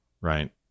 right